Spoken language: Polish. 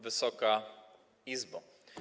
Wysoka Izbo!